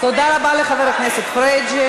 תודה רבה לחבר הכנסת פריג'.